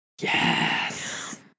Yes